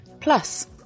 Plus